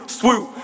swoop